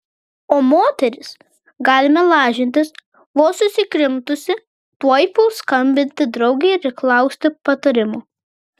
o moteris galime lažintis vos susikrimtusi tuoj puls skambinti draugei ir klausti patarimo